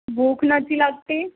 ભૂખ નથી લાગતી